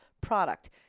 product